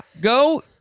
Go